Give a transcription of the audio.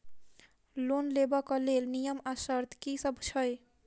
Loan लेबऽ कऽ लेल नियम आ शर्त की सब छई?